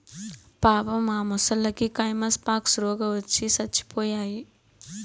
పాపం ఆ మొసల్లకి కైమస్ పాక్స్ రోగవచ్చి సచ్చిపోయాయి